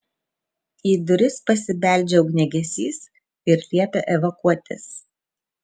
į duris pasibeldžia ugniagesys ir liepia evakuotis